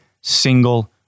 single